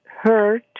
hurt